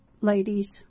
ladies